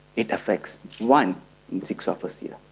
it affects one in six of us here.